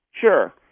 Sure